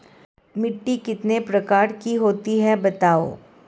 मिट्टी कितने प्रकार की होती हैं बताओ?